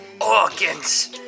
organs